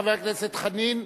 חבר הכנסת חנין,